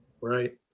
Right